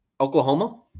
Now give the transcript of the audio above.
Oklahoma